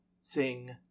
sing